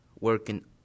working